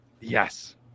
Yes